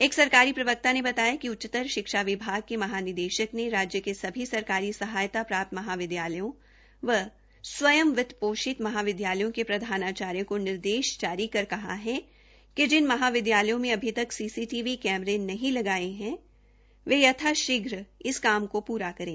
एक सरकारी प्रवक्ता ने बताया कि उच्चतर शिक्षा विभाग ने महानिदेशक ने राज्य के सभी सरकारी सहायता प्राप्त महाविदयालयों व एवं वित्तपोषित महाविदयालयों के प्रधानाचार्यो को निर्देश जारी कर कहा कि जिन महाविदयालयों में अभी तक सीसीटीवी कैमरे नहीं लगाये है वे यथाशीघ्र इस काम को पूरा करें